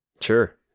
Sure